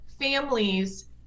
families